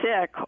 sick